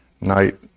night